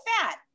fat